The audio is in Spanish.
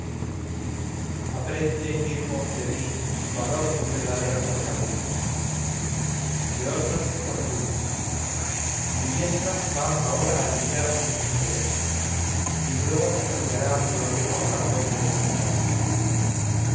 aprende hijo de mí valor y verdadera fortaleza de otros fortuna mi diestra va ahora a lidiar en tu defensa y luego te asociará al glorioso galardón de estos afanes